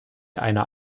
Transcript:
einer